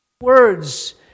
words